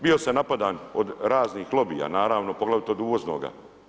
Bio sam napadan od raznih lobija, naravno, poglavito od uvoznoga.